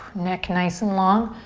neck nice and long.